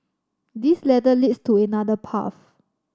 this ladder leads to another path